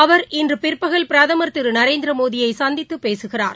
அவர் இன்றுபிற்பகல் பிரதமர் திருநரேந்திரமோடியைசந்தித்துபேசுகிறார்